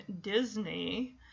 Disney